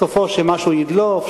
סופו שמשהו ידלוף,